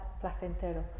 placentero